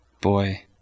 boy